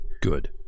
Good